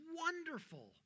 wonderful